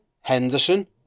Henderson